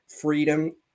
freedom